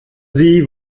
sie